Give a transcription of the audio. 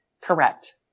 Correct